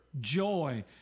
joy